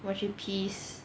when she pees